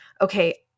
okay